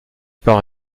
par